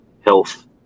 health